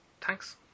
Thanks